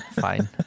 Fine